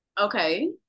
Okay